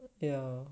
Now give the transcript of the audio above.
yeah